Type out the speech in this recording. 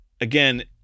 again